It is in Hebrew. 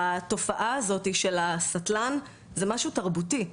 התופעה הזאת של הסטלן זה משהו תרבותי.